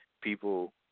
People